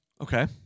Okay